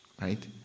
Right